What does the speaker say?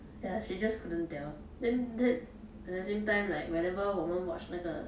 ya she just couldn't tell then then at the same time like whenever 我们 watch 那个